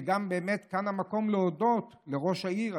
שגם באמת כאן המקום להודות לראש העיר,